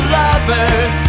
lovers